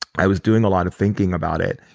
i was doing a lot of thinking about it.